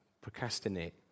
Procrastinate